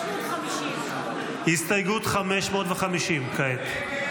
550. הסתייגות 550 כעת.